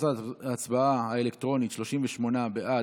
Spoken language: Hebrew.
תוצאות ההצבעה האלקטרונית: 38 בעד,